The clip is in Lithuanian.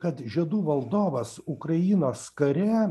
kad žiedų valdovas ukrainos kare